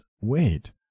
wait